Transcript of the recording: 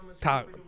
talk